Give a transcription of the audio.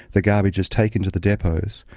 the garbage is taken to the depots.